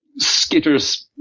skitters